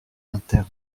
interne